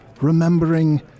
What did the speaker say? remembering